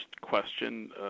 question